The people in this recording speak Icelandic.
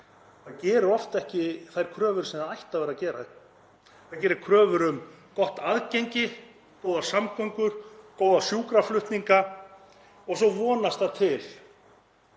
Það gerir oft ekki þær kröfur sem það ætti að vera að gera, það gerir kröfur um gott aðgengi, góðar samgöngur, góða sjúkraflutninga og svo vonast það til